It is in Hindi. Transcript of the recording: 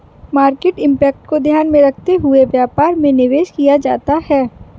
मार्केट इंपैक्ट को ध्यान में रखते हुए व्यापार में निवेश किया जाता है